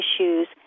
issues